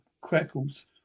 crackles